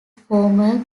former